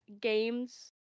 Games